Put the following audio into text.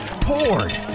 poured